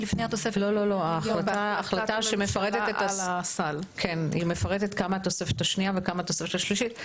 התוספת --- ההחלטה מפרטת כמה התוספת השנייה וכמה התוספת השלישית.